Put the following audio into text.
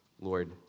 Lord